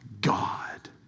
God